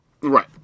Right